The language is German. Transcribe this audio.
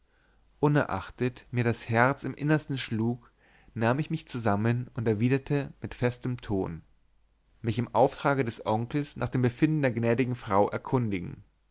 unerachtet mir das herz im innersten schlug nahm ich mich zusammen und erwiderte mit festem ton mich im auftrage des onkels nach dem befinden der gnädigen frau erkundigen